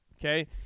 okay